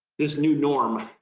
this new norm,